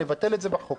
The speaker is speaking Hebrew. נבטל את זה בחוק.